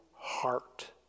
heart